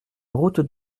route